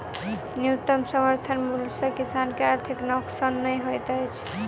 न्यूनतम समर्थन मूल्य सॅ किसान के आर्थिक नोकसान नै होइत छै